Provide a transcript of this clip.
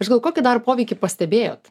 aš gal kokį dar poveikį pastebėjot